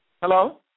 Hello